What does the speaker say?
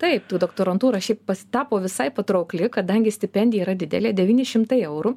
taip tų doktorantūra ši pas tapo visai patraukli kadangi stipendija yra didelė devyni šimtai eurų